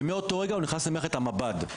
ומאותו רגע הוא נכנס למערכת המב"ד.